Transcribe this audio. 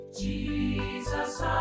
Jesus